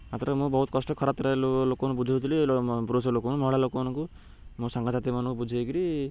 ତା'ପରେ ମୁଁ ବହୁତ କଷ୍ଟ ଖରାତରାରେ ଲୋକଙ୍କୁ ବୁଝାଉଥିଲି ପୁରୁଷ ଲୋକଙ୍କୁ ମହିଳା ଲୋକମାନଙ୍କୁ ମୋ ସାଙ୍ଗସାଥିମାନଙ୍କୁ ବୁଝାଇକରି